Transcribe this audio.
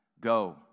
Go